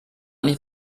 nicht